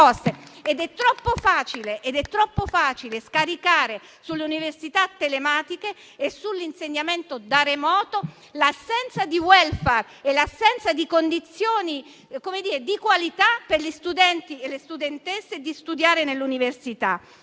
ed è troppo facile scaricare sulle università telematiche e sull'insegnamento da remoto l'assenza di *welfare* e l'assenza di condizioni di qualità, per gli studenti e le studentesse, al fine di studiare nelle università.